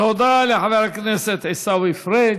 תודה לחבר הכנסת עיסאווי פריג'.